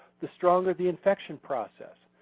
the stronger the infection process.